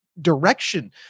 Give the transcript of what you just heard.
direction